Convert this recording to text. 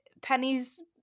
Penny's